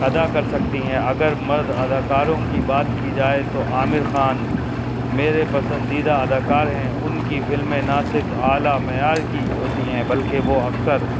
ادا کر سکتی ہیں اگر مرد اداکاروں کی بات کی جائے تو عامر خان میرے پسندیدہ اداکار ہیں ان کی فلمیں نہ صرف اعلیٰ معیار کی ہوتی ہیں بلکہ وہ اکثر